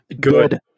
Good